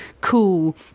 cool